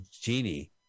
genie